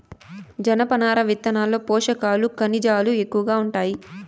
జనపనార విత్తనాల్లో పోషకాలు, ఖనిజాలు ఎక్కువగా ఉంటాయి